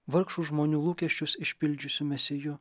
vargšų žmonių lūkesčius išpildžiusiu mesiju